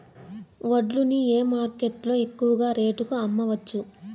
వడ్లు ని ఏ మార్కెట్ లో ఎక్కువగా రేటు కి అమ్మవచ్చు?